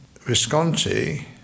Visconti